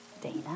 Dana